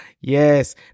Yes